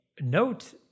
note